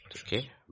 Okay